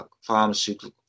pharmaceutical